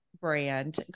brand